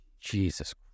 jesus